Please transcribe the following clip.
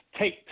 take